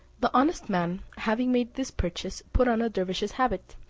the honest man having made this purchase put on a dervise's habit,